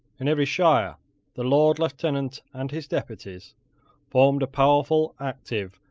in every shire the lord lieutenant and his deputies formed a powerful, active,